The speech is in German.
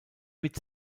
mit